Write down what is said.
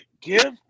Give